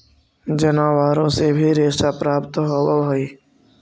जनावारो से भी रेशा प्राप्त होवऽ हई